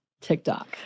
TikTok